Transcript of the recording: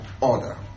order